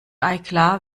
eiklar